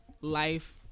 life